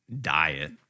diet